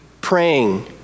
praying